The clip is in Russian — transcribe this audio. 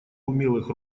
умелых